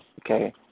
Okay